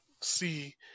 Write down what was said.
see